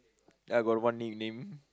I got one nickname